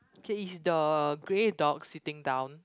okay is the grey dog sitting down